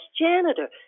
janitor